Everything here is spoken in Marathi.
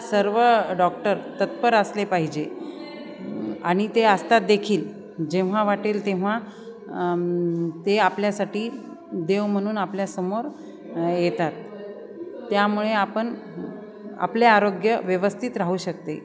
सर्व डॉक्टर तत्पर असले पाहिजे आणि ते असतात देखील जेव्हा वाटेल तेव्हा ते आपल्यासाठी देव म्हणून आपल्यासमोर येतात त्यामुळे आपण आपले आरोग्य व्यवस्थित राहू शकते